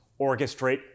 orchestrate